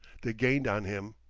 they gained on him.